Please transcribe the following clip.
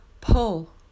Pull